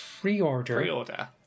Pre-order